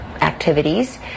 activities